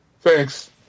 Thanks